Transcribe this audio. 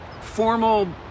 formal